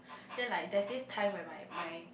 then like there's this time when my my